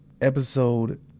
Episode